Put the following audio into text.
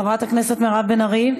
חברת הכנסת מירב בן ארי,